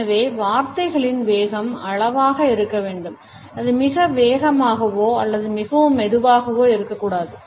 எனவே வார்த்தைகளின் வேகம் அளவாக இருக்க வேண்டும் அது மிக வேகமாகவோ அல்லது மிகவும் மெதுவாகவோ இருக்க கூடாது